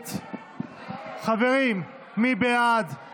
חברים, מי בעד?